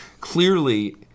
clearly